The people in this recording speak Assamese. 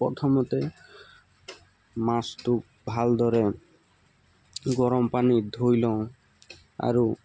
প্ৰথমতে মাছটো ভালদৰে গৰম পানীত ধুই লওঁ আৰু